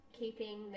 keeping